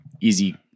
easy